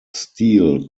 steel